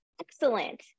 excellent